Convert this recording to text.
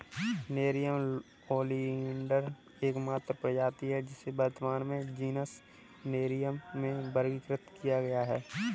nerium oleander एकमात्र प्रजाति है जिसे वर्तमान में जीनस नेरियम में वर्गीकृत किया गया है